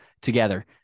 together